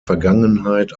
vergangenheit